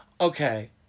Okay